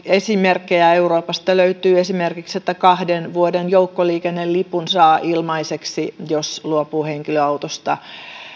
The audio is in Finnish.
esimerkkejä euroopasta löytyy esimerkiksi kahden vuoden joukkoliikennelipun saa ilmaiseksi jos luopuu henkilöautosta